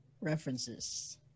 references